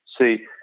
See